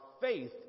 faith